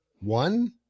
one